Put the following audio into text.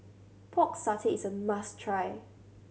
Pork Satay is a must try